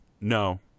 No